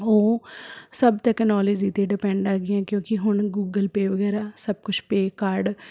ਉਹ ਸਭ ਤੈਕਨੋਲਜੀ 'ਤੇ ਡਿਪੈਂਡ ਹੈਗੀਆਂ ਕਿਉਂਕਿ ਹੁਣ ਗੂਗਲ ਪੇ ਵਗੈਰਾ ਸਭ ਕੁਛ ਪੇ ਕਾਰਡ